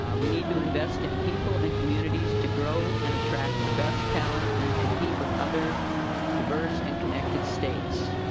ah we need to invest in people and communities to grow and attract the best talent and compete with other diverse and connected states.